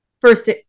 first